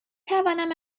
توانم